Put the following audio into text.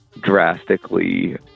drastically